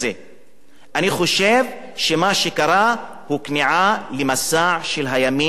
אני חושב שמה שקרה הוא כניעה למסע של הימין הציוני,